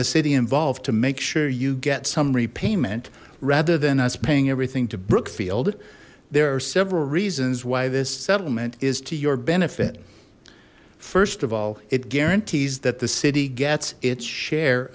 the city involved to make sure you get some repayment rather than us paying everything to brookfield there are several reasons why this settlement is to your benefit first of all it guarantees that the city gets its share